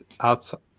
outside